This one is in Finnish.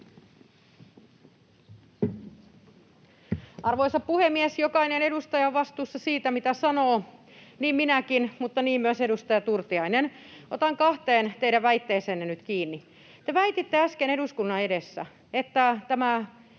Arvoisa puhemies! Jokainen edustaja on vastuussa siitä, mitä sanoo, niin minäkin, mutta niin myös edustaja Turtiainen. Otan kahteen teidän väitteeseenne nyt kiinni. Te väititte äsken eduskunnan edessä, että tämä